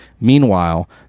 Meanwhile